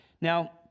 Now